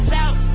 South